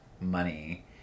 money